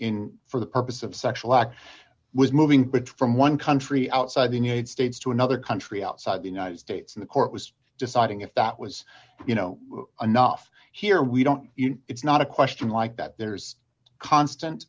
in for the purpose of sexual act was moving but from one country outside the united states to another country outside the united states in the court was deciding if that was you know enough here we don't you know it's not a question like that there's constant